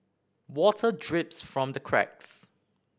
water drips from the cracks